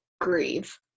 grieve